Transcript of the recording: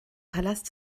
palast